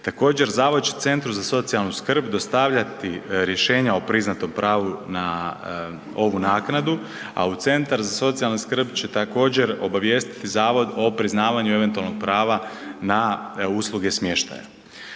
Također, zavod će centru za socijalnu skrb dostavljati rješenja o priznatom pravu na ovu naknadu, a centar za socijalnu skrb će također obavijestiti zavod o priznavanju eventualnog prava na usluge smještaja.